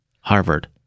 Harvard